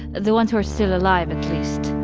the ones who are still alive, at least.